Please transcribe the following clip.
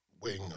wing